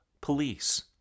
police